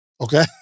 Okay